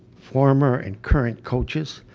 former and current coaches,